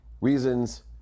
reasons